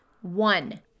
one